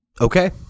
okay